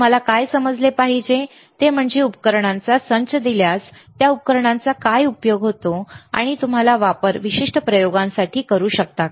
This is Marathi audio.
तुम्हाला काय समजले पाहिजे ते म्हणजे उपकरणाचा संच दिल्यास त्या उपकरणांचा काय उपयोग होतो आणि तुम्ही त्याचा वापर विशिष्ट प्रयोगांसाठी करू शकता